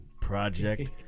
project